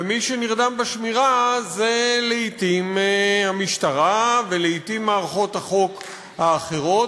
ומי שנרדם בשמירה זה לעתים המשטרה ולעתים מערכות החוק האחרות.